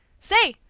say,